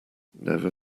never